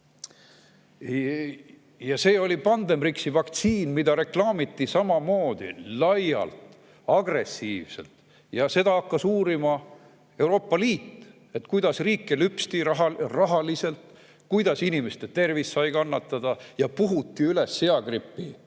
Ja see oli Pandemrixi vaktsiin, mida reklaamiti samamoodi laialt, agressiivselt. Seda hakkas uurima Euroopa Liit, kuidas riike lüpsti rahaliselt, kuidas inimeste tervis sai kannatada ja puhuti üles seagripivaktsiini